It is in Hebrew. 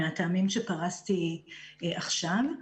מהטעמים שפרסתי עכשיו,